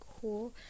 cool